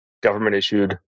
government-issued